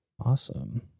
Awesome